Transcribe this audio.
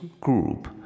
group